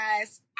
guys